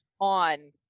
on